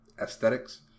aesthetics